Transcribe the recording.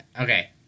okay